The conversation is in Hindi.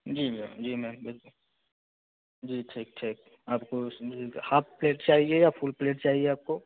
जी मैम जी मैम बिल्कुल जी ठीक ठीक आपको हाफ़ प्लेट चाहिए या फ़ुल प्लेट चाहिए आपको